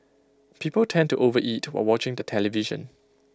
people tend to overeat while watching the television